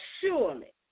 surely